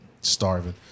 starving